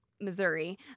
Missouri